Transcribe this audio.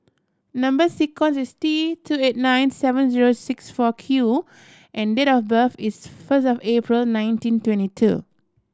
number sequence is T two eight nine seven zero six four Q and date of birth is first of April nineteen twenty two